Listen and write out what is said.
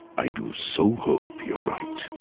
i do so hope you are right.